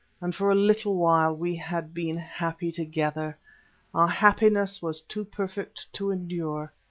and for a little while we had been happy together. our happiness was too perfect to endure.